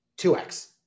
2x